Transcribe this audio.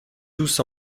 tous